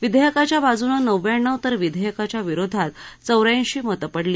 विधेयकाच्या बाजूने नव्व्याण्णव तर विधेयकाच्या विरोधात चौऱ्याऐशी मतं पडली